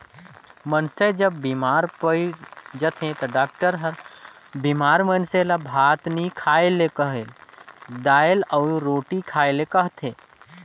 मइनसे जब बेमार पइर जाथे ता डॉक्टर हर बेमार मइनसे ल भात नी खाए ले कहेल, दाएल अउ रोटी खाए ले कहथे